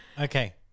okay